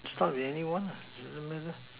start with anyone lah doesn't matter